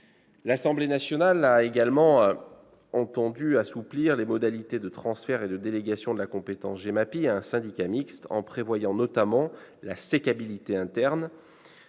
L'Assemblée nationale a entendu assouplir les modalités de transfert et de délégation de la compétence GEMAPI à un syndicat mixte, en prévoyant notamment la sécabilité interne